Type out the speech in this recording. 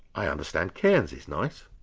i understand cairns is nice.